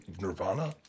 nirvana